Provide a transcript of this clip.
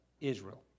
Israel